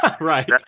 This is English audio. Right